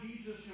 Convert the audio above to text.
Jesus